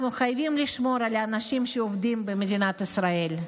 אנחנו חייבים לשמור על האנשים שעובדים במדינת ישראל.